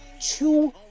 two